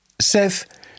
Seth